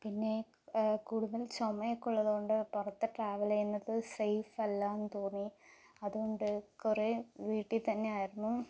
പിന്നെ കൂടുതലും ചുമയൊക്കെ ഉള്ളതുകൊണ്ട് പുറത്തു ട്രാവൽ ചെയ്യുന്നത് സേഫ് അല്ലായെന്നു തോന്നി അതുകൊണ്ടു കുറേ വീട്ടിൽ തന്നെയായിരുന്നു